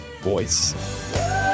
voice